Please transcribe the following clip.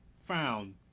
found